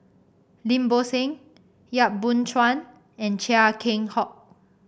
Lim Bo Seng Yap Boon Chuan and Chia Keng Hock